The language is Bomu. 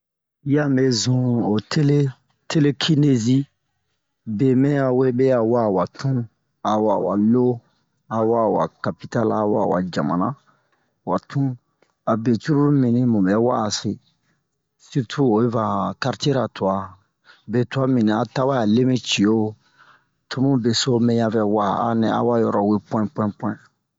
Yi a me zun ho tele tele-kinezi be mɛ ya we mɛ ya wa'a wa tun a wa'a wa lo a wa'a wa kapital la a wa'a wa jamana wa tun a be cruru mibini mu bɛ wa'a se sirtu oyi va han kartie ra twa be twa mibini a tawɛ a le mi cio to mu beso mɛ ya vɛ wa'a a nɛ a wa yoro we pu'in pu'in pu'in